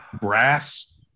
brass